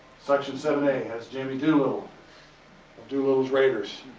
section seven a has jimmy doolittle of dolittle's raiders.